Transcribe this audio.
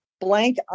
blank